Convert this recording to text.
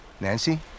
Nancy